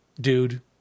dude